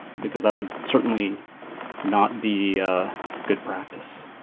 because that would certainly not be a good practice.